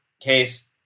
case